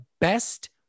best